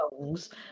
songs